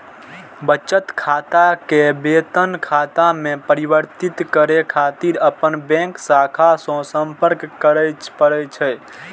बचत खाता कें वेतन खाता मे परिवर्तित करै खातिर अपन बैंक शाखा सं संपर्क करय पड़ै छै